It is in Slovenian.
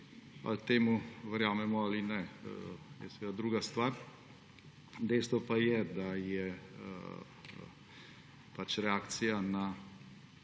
Ali temu verjamemo ali ne, je seveda druga stvar. Dejstvo pa je, da je ena od reakcij na